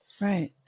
Right